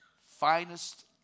finest